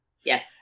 Yes